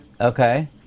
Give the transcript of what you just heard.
Okay